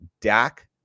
Dak